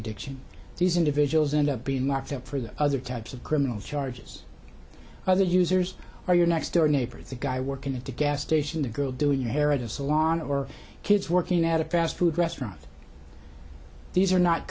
addiction these individuals end up being locked up for the other types of criminal charges other users are your next door neighbor the guy working at the gas station the girl doing your hair at a salon or kids working at a fast food restaurant these are not